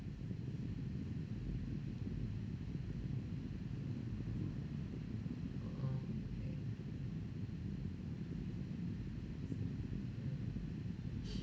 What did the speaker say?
mm okay mm